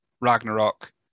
Ragnarok